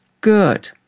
Good